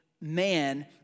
man